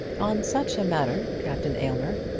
on such a matter, captain aylmer,